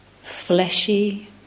Fleshy